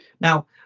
Now